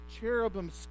cherubim